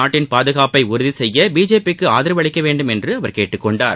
நாட்டின் பாதுகாப்பை உறுதி செய்ய பிஜேபி க்கு ஆதரவு அளிக்க வேண்டும் என்று அவர் கேட்டுக்கொண்டார்